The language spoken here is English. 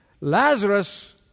Lazarus